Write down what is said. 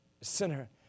sinner